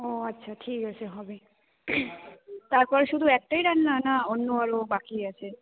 ও আচ্ছা ঠিক আছে হবে তারপরে শুধু একটাই রান্না না অন্য আরও বাকি আছে